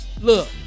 look